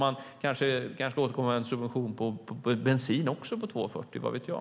Det kanske återkommer en subvention även på bensin på 2,40 - vad vet jag.